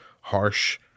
harsh